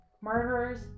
Murderers